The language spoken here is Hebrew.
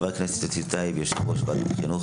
ישר כוח.